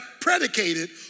predicated